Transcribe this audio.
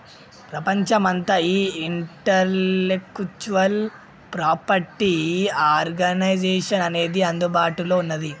ప్రపంచమంతా ఈ intellectual property organisation అనేది అందుబాటులో ఉన్నది